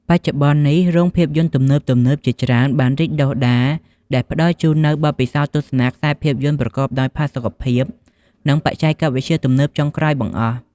បច្ចុប្បន្ននេះ រោងភាពយន្តទំនើបៗជាច្រើនបានរីកដុះដាល ដែលផ្តល់ជូននូវបទពិសោធន៍ទស្សនាខ្សែភាពយន្តប្រកបដោយផាសុកភាព និងបច្ចេកវិទ្យាទំនើបចុងក្រោយបង្អស់។